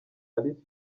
alice